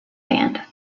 band